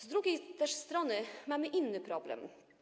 Z drugiej też strony mamy inny problem.